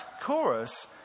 chorus